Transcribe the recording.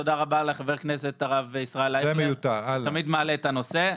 תודה רבה לחבר הכנסת הרב ישראל אייכלר שתמיד מעלה את הנושא.